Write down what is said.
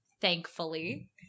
thankfully